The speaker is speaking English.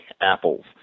apples